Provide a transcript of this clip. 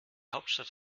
hauptstadt